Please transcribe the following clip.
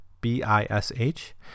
B-I-S-H